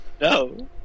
No